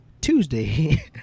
Tuesday